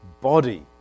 Body